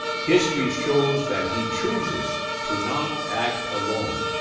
history shows that he chooses to not act alone.